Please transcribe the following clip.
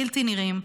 בלתי נראים,